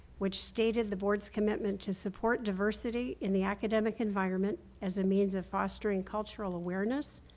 which stated the board's commitment to support diversity in the academic environment as a means of fostering cultural awareness,